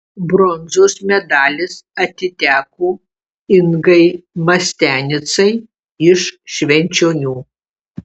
bronzos medalis atiteko ingai mastianicai iš švenčionių